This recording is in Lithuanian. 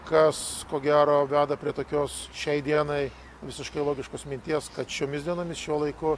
kas ko gero veda prie tokios šiai dienai visiškai logiškos minties kad šiomis dienomis šiuo laiku